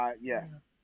Yes